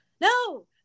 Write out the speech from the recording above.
no